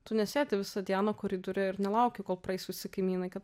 tu nesėdi visą dieną koridoriuj ir nelauki kol praeis visi kaimynai kad